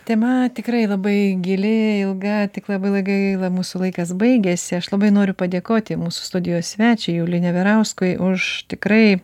tema tikrai labai gili ilga tik labai gaila mūsų laikas baigėsi aš labai noriu padėkoti mūsų studijos svečiui juliui neverauskui už tikrai